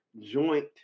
joint